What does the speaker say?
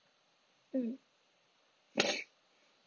mm